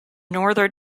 northern